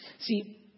See